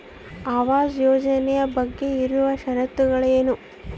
ಆವಾಸ್ ಯೋಜನೆ ಬಗ್ಗೆ ಇರುವ ಶರತ್ತುಗಳು ಏನು?